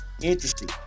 interesting